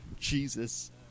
jesus